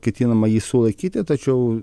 ketinama jį sulaikyti tačiau